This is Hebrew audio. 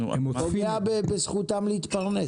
זה פגיעה בזכותם להתפרנס.